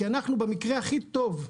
כי אנחנו במקרה הכי טוב,